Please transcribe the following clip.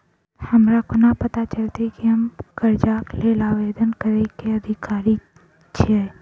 हमरा कोना पता चलतै की हम करजाक लेल आवेदन करै केँ अधिकारी छियै?